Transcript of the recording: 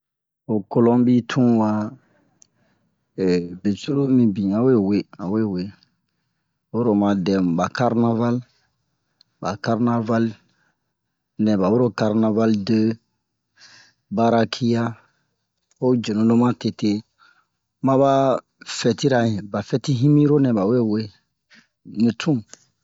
Ho kolonbi tun wa be curulu mibin awe we awe we oyi ro oma dɛmu ba karnaval ba karnaval nɛ ba wero karnaval-de-barakiya ho jenu lo ma tete ma ba fɛtira yan ba fɛti yimiro nɛ bawe we mi tun